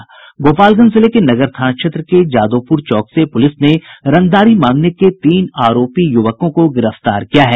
गोपालगंज जिले के नगर थाना क्षेत्र के जादोपुर चौक से पुलिस ने रंगदारी मांगने के आरोपी तीन युवकों को गिरफ्तार किया है